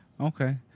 Okay